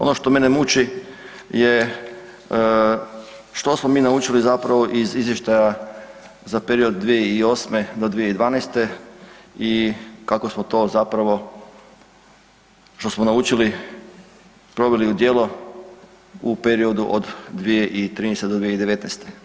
Ono što mene muči je što smo mi učili zapravo iz izvještaja za period od 2008. do 2012. i kako smo to zapravo, što smo naučili, proveli u djelo u periodu od 2013. do 2019.